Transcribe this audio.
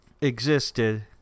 existed